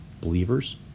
believers